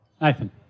Nathan